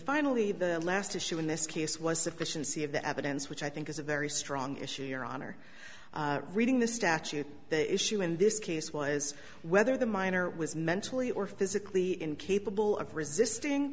finally the last issue in this case was sufficiency of the evidence which i think is a very strong issue your honor reading this statute the issue in this case was whether the minor was mentally or physically incapable of resisting